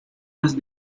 las